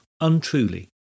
untruly